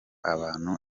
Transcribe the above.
abantu